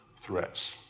threats